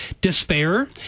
Despair